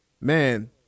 man